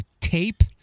tape